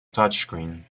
touchscreen